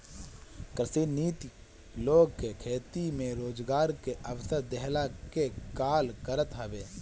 कृषि नीति लोग के खेती में रोजगार के अवसर देहला के काल करत हवे